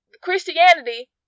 Christianity